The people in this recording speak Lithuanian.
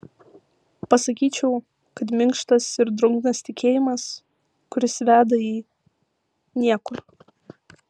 pasakyčiau kad minkštas ir drungnas tikėjimas kuris veda į niekur